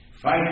Fight